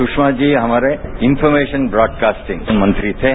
सूषमा जी हमारे information broadcasting मंत्री थे